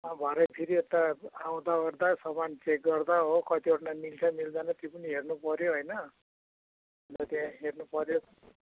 भरे फेरि यता आउँदा ओर्दा सामान चेक गर्दा हो कतिवटा मिल्छ मिल्दैन त्यो पनि हेर्नु पऱ्यो होइन अन्त त्यहाँ हेर्नु पऱ्यो